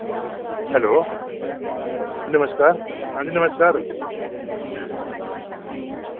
hello नमस्कार आं जी नमस्कार